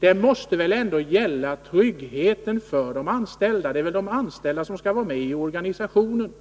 Frågan måste väl ändå gälla tryggheten för de anställda, deras anslutning till organisationen.